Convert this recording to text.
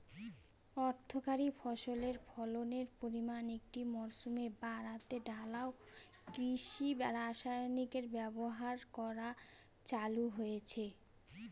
অর্থকরী ফসলের ফলনের পরিমান একটি মরসুমে বাড়াতে ঢালাও কৃষি রাসায়নিকের ব্যবহার করা চালু হয়েছে